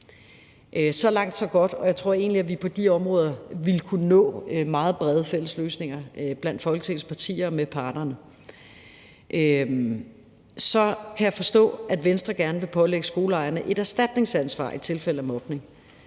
Så langt, så godt, og jeg tror egentlig, at vi på de områder ville kunne nå meget brede fælles løsninger blandt Folketingets partier og med parterne. Så kan jeg forstå, at Venstre gerne vil pålægge skoleejerne et erstatningsansvar i tilfælde af mobning.